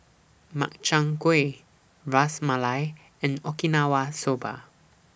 Makchang Gui Ras Malai and Okinawa Soba